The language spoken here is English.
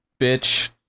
bitch